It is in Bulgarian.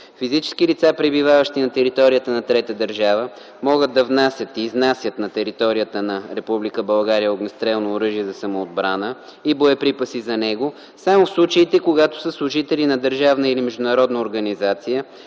Физически лица, пребиваващи на територията на трета държава, могат да внасят/изнасят на територията на Република България огнестрелно оръжие за самоотбрана и боеприпаси за него само в случаите, когато са служители на държавна или международна организация